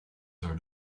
heard